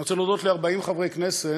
אני רוצה להודות ל-40 חברי כנסת,